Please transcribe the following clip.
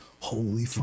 holy